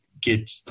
get